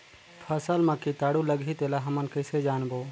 फसल मा कीटाणु लगही तेला हमन कइसे जानबो?